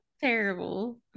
terrible